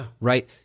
Right